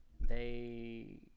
they-